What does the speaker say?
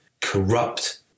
corrupt